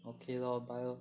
okay lor buy lor